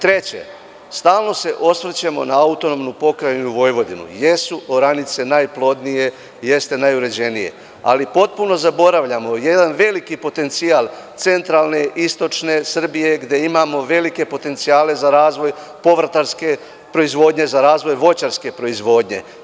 Treće, stalno se osvrćemo na AP Vojvodinu, jesu oranice najplodnije, jeste najuređenije, ali potpuno zaboravljamo jedan veliki potencijal centralne, istočne Srbije, gde imamo velike potencijale za razvoj povrtarske proizvodnje, za razvoj voćarske proizvodnje.